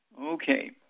Okay